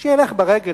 שילך ברגל.